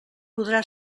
podrà